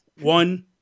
One